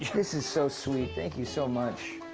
this is so sweet. thank you so much.